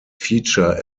feature